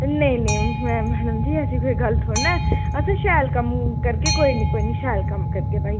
नेईं नेईं मै मैडम जी ऐसी कोई गल्ल थोह्ड़ी ना ऐ अस शैल कम्म करगे कोई निं कोई निं शैल कम्म करगे भाई